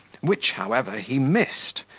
which, however, he missed,